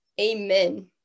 Amen